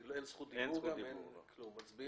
אתן לתומר רוזנר להציג את זה ואחרי כן נקרא את התיקון